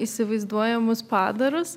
įsivaizduojamus padarus